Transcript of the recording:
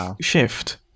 shift